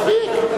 מספיק.